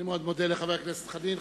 אני מאוד מודה לחבר הכנסת חנין.